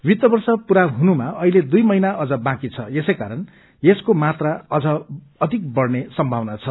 वित्त वर्ष पूरा हुनुमा अहिले दुई महिना अझ बाँकी छ यसैकारण यसको मात्रा अझ अधिक बढ़ने सम्भावना छ